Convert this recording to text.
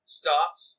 starts